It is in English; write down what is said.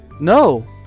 No